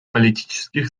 политических